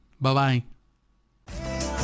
Bye-bye